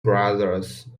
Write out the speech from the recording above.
brothers